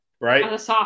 Right